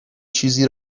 چیزی